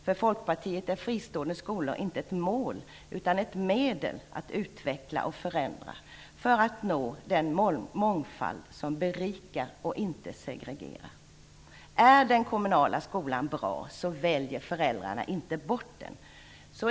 För Folkpartiet är fristående skolor inte ett mål utan ett medel att utveckla och förändra för att nå den mångfald som berikar och inte segregerar. Är den kommunala skolan bra så väljer föräldrarna inte bort den.